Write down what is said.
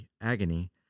agony